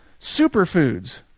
superfoods